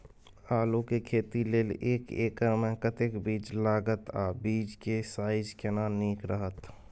आलू के खेती लेल एक एकर मे कतेक बीज लागत आ बीज के साइज केना नीक रहत?